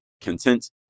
content